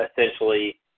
essentially